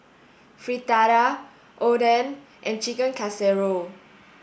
Fritada Oden and Chicken Casserole